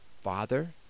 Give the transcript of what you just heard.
Father